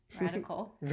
radical